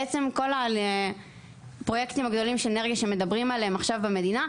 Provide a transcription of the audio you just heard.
בעצם כל הפרויקטים הגדולים של אנרגיה שמדברים עליהם עכשיו במדינה,